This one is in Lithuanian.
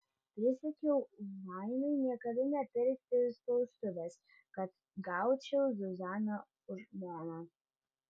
prisiekiau vainai niekada nepirkti spaustuvės kad gaučiau zuzaną už žmoną